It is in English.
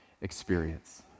experience